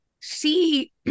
see